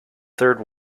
third